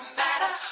matter